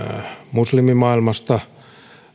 muslimimaailmasta